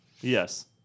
Yes